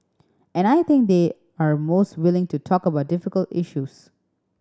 and I think they are most willing to talk about difficult issues